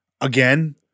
Again